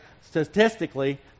statistically